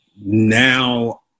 Now